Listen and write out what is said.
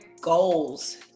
Goals